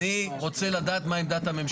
אני רוצה לדעת מה עמדת הממשלה?